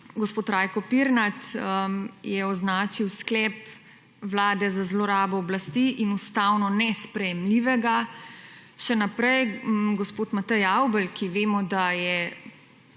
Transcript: gospod Rajko Pirnat je označil sklep Vlade za zlorabo oblasti in ustavno nesprejemljivega. Še naprej, gospod Matej Avbelj, ki vemo, da je